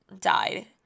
died